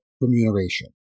remuneration